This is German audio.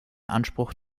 anspruch